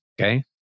okay